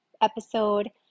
episode